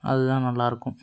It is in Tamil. அதுதான் நல்லாயிருக்கும்